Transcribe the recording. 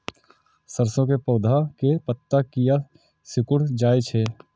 सरसों के पौधा के पत्ता किया सिकुड़ जाय छे?